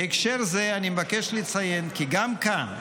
בהקשר זה אני מבקש לציין כי גם כאן,